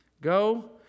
go